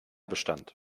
bestand